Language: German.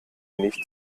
nicht